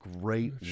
great